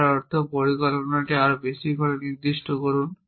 যার অর্থ পরিকল্পনাটি আরও বেশি করে নির্দিষ্ট করুন